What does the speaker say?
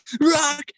Rock